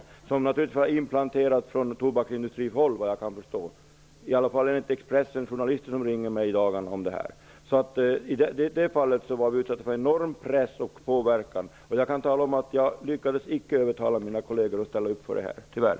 Artikeln var naturligtvis inplanterad från tobaksindustrin -- i varje fall enligt en Expressenjournalist som ringde mig i dagarna i denna fråga. I det fallet var partiet utsatt för en enorm press och påverkan. Jag lyckades inte övertala mina kolleger -- tyvärr.